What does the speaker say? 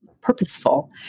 purposeful